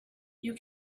you